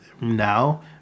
now